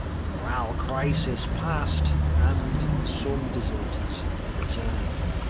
the morale crisis passed, and some deserters returned.